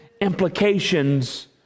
implications